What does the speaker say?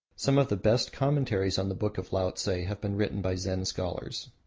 some of the best commentaries on the book of laotse have been written by zen scholars.